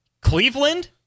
Cleveland